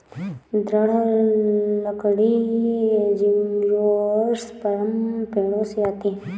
दृढ़ लकड़ी एंजियोस्पर्म पेड़ों से आती है